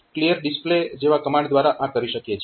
તો આપણે clear display જેવા કમાન્ડ દ્વારા આ કરી શકીએ છીએ